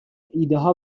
ایدهها